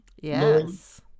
Yes